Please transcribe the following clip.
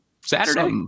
Saturday